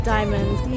Diamonds